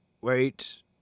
wait